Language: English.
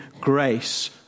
grace